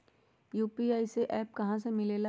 UPI का app कहा से मिलेला?